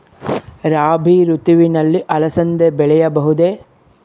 ರಾಭಿ ಋತುವಿನಲ್ಲಿ ಅಲಸಂದಿ ಬೆಳೆಯಬಹುದೆ?